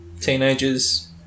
teenagers